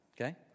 Okay